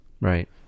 Right